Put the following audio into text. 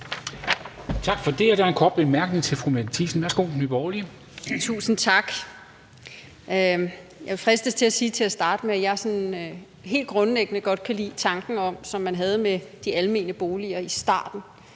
Tusind tak. Jeg fristes til at sige til at starte med, at jeg sådan helt grundlæggende godt kan lide tanken, som man havde med de almene boliger i starten,